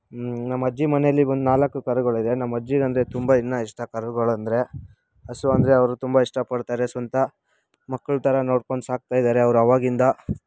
ನಮ್ಮ ಅಜ್ಜಿ ಮನೆಯಲ್ಲಿ ಬಂದು ನಾಲ್ಕು ಕರುಗಳಿದೆ ನಮ್ಮ ಅಜ್ಜಿಗೆ ಅಂದರೆ ತುಂಬ ಇನ್ನೂ ಇಷ್ಟ ಕರುಗಳಂದರೆ ಹಸು ಅಂದರೆ ಅವರು ತುಂಬ ಇಷ್ಟಪಡ್ತಾರೆ ಸ್ವಂತ ಮಕ್ಕಳ ಥರ ನೋಡ್ಕೊಂಡು ಸಾಕ್ತಾ ಇದ್ದಾರೆ ಅವ್ರು ಆವಾಗಿಂದ